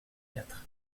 quatre